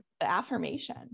affirmation